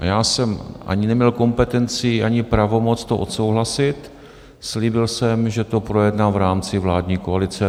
A já jsem ani neměl kompetenci, ani pravomoc to odsouhlasit, slíbil jsem, že to projednám v rámci vládní koalice.